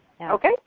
Okay